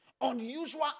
Unusual